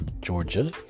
Georgia